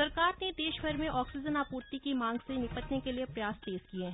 cryogenic tanker सरकार ने देश भर में ऑक्सीजन आपूर्ति की मांग से निपटने के लिए प्रयास तेज किए दिए हैं